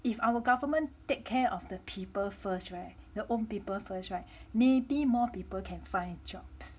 if our government take care of the people first [right] the own people first [right] maybe more people can find jobs